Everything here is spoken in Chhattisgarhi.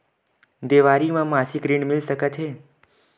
देवारी म मासिक ऋण मिल सकत हे?